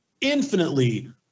infinitely